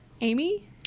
Amy